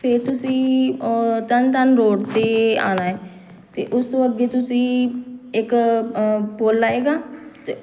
ਫਿਰ ਤੁਸੀਂ ਤਰਨ ਤਾਰਨ ਰੋਡ 'ਤੇ ਆਉਣਾ ਹੈ ਅਤੇ ਉਸ ਤੋਂ ਅੱਗੇ ਤੁਸੀਂ ਇੱਕ ਪੁੱਲ ਆਵੇਗਾ ਅਤੇ